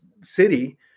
city